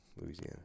Louisiana